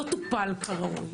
לא טופל כראוי,